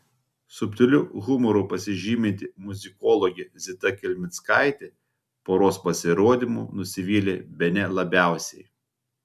subtiliu humoru pasižyminti muzikologė zita kelmickaitė poros pasirodymu nusivylė bene labiausiai